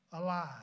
alive